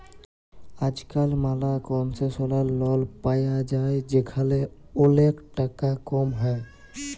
আজকাল ম্যালা concessional loan পায়া যায় যেখালে ওলেক টাকা কম হ্যয়